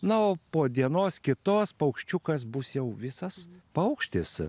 na o po dienos kitos paukščiukas bus jau visas paukštis